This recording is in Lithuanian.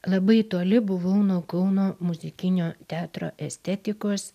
labai toli buvau nuo kauno muzikinio teatro estetikos